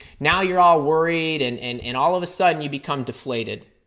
now you're all worried and and and all of a sudden you become deflated.